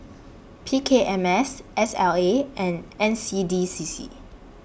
P K M S S L A and N C D C C